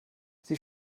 sie